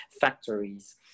factories